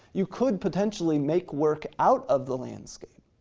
you could potentially make work out of the landscape,